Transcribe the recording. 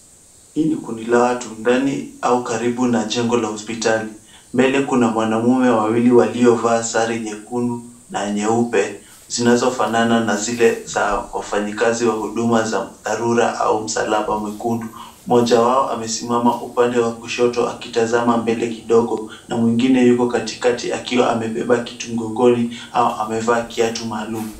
Hii ni kundi la watu ndani au karibu na jengo la hospitali. Mbele kuna mwanamume wawili waliovaa sare nyekundu na nyeupe zinazofanana na zile za wafanyikazi wa huduma za dharura au msalaba mwekundu. Mmoja wao amesimama upande wa kushoto akitazama mbele kidogo na mwingine yuko katikati akiwa amebeba kitu mgongoni au amevaa kiatu maalum.